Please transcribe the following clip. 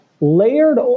Layered